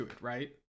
Right